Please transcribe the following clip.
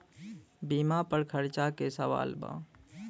बीमा पर चर्चा के सवाल बा?